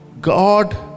God